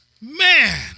Man